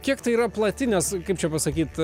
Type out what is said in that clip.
kiek tai yra plati nes kaip čia pasakyt